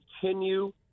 continue